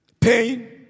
Pain